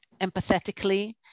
empathetically